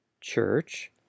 Church